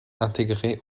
intégrées